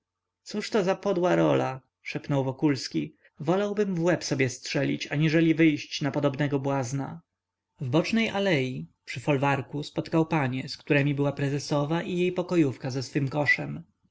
za podła rola szepnął wokulski wołałbym w łeb sobie strzelić aniżeli wyjść na podobnego błazna w bocznej alei przy folwarku spotkał panie z któremi była prezesowa i jej pokojówka ze swym koszem